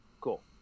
Cool